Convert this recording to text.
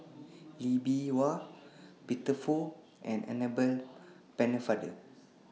Lee Bee Wah Peter Fu and Annabel Pennefather